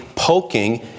poking